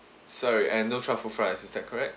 sorry and no truffle fries is that correct